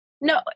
No